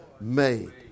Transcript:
made